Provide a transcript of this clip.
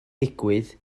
digwydd